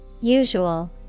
Usual